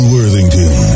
Worthington